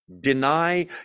deny